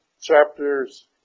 chapters